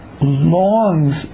longs